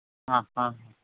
ആഹ് ആഹ്